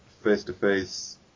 face-to-face